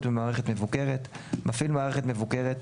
במערכת מבוקרת 8א מפעיל מערכת מבוקרת,